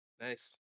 Nice